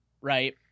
right